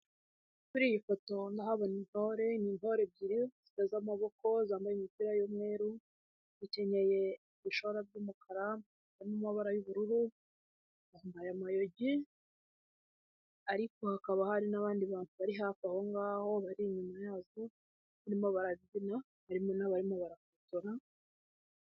Kuri iyi foto ndahabona intore, ni intore ebyiri ziteze amaboko zambaye imipira y'umweru, zikenyeye ibishora by'umukara biri no mu mamabara y'ubururu, bambaye amayugi, ariko hakaba hari n'abandi bantu bari hafi aho ngaho bari inyuma yaho, barimo barakina harimo n'abarimo barafotora.